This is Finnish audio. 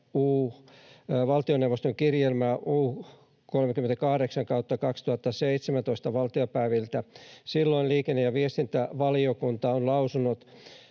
valtioneuvoston kirjelmää U38/2017 vp liikenne‑ ja viestintävaliokunta on lausunut